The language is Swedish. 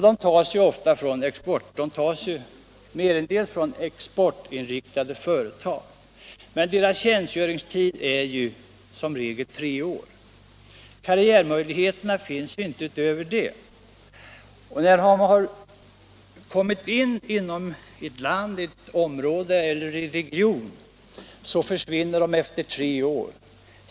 De kommer oftast från exportinriktade företag. Men deras tjänstgöringstid är som regel tre år, några karriärmöjligheter därutöver finns inte. Handelssekreterarna arbetar alltså in sig på ett område, ett land eller en region men försvinner efter tre år.